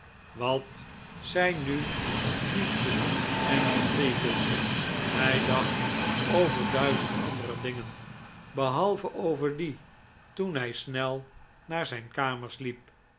wat zijn nu liefde en intrigues hij dacht over duizend andere dingen behalve over die toen hij snel naar zijn kamers liep